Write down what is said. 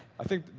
i think.